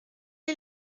est